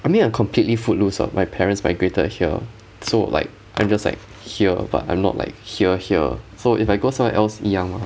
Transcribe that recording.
I mean I'm completely footloose what my parents migrated here so like I'm just like here but I'm not like here here so if I go somewhere else 一样吗